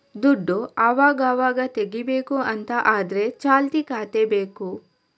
ದುಡ್ಡು ಅವಗಾವಾಗ ತೆಗೀಬೇಕು ಅಂತ ಆದ್ರೆ ಚಾಲ್ತಿ ಖಾತೆ ಬೇಕು